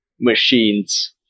machines